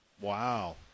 Wow